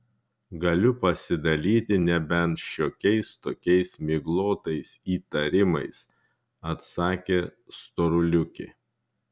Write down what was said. galiu pasidalyti nebent šiokiais tokiais miglotais įtarimais atsakė storuliuke